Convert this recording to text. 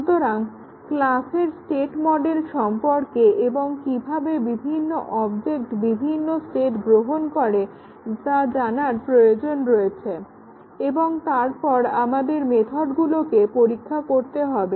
সুতরাং ক্লাসের state model সম্পর্কে এবং কিভাবে বিভিন্ন অবজেক্ট বিভিন্ন স্টেট গ্রহণ করে জানার প্রয়োজন রয়েছে এবং তারপর আমাদের মেথডগুলোকে পরীক্ষা করতে হবে